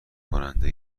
کننده